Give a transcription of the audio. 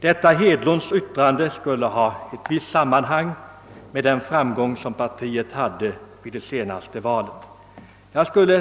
Detta herr Hedlunds yttrande skulle ha ett visst sammanhang med den framgång som partiet hade vid det senaste valet.